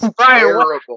terrible